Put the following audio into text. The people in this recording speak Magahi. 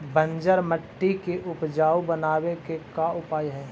बंजर मट्टी के उपजाऊ बनाबे के का उपाय है?